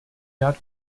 dát